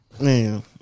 Man